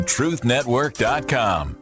TruthNetwork.com